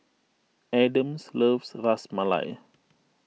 Adams loves Ras Malai